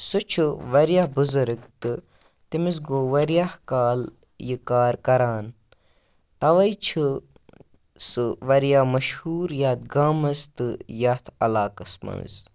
سُہ چھُ واریاہ بُزَرٕگ تہٕ تٔمِس گوٚو واریاہ کال یہِ کار کَران تَوَے چھِ سُہ واریاہ مشہوٗر یَتھ گامَس تہٕ یَتھ علاقَس منٛز